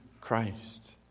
Christ